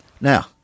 Now